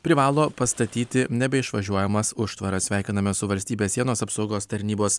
privalo pastatyti nebeišvažiuojamas užtvaras sveikinamės su valstybės sienos apsaugos tarnybos